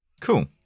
Cool